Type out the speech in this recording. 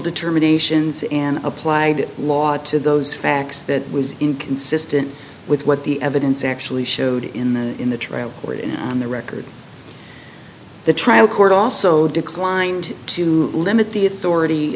determinations and applied the law to those facts that was inconsistent with what the evidence actually showed in the in the trial court and on the record the trial court also declined to limit the authority